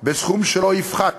בסכום שלא יפחת